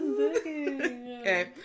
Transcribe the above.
Okay